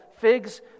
figs